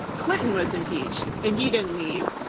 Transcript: clinton was impeached, and he didn't leave.